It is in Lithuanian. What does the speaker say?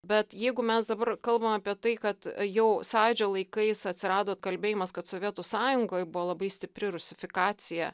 bet jeigu mes dabar kalbam apie tai kad jau sąjūdžio laikais atsirado kalbėjimas kad sovietų sąjungoj buvo labai stipri rusifikacija